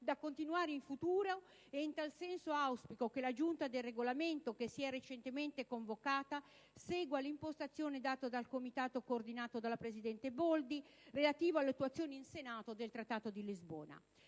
da continuare in futuro. In tal senso, auspico che la Giunta per il Regolamento, che si è recentemente convocata, segua l'impostazione data dal Comitato coordinato dalla presidente Boldi, relativa all'attuazione in Senato del Trattato di Lisbona.